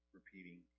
repeating